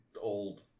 old